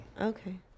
okay